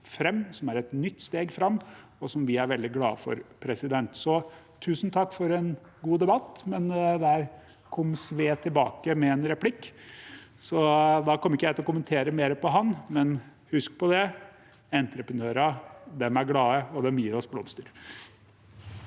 fram, det er et nytt steg fram, og noe som vi er veldig glade for. Tusen takk for en god debatt – men der kom Sve tilbake med en replikk. Jeg kommer ikke til å kommentere mer til ham. Men husk på det: Entreprenørene er glade, og de gir oss blomster.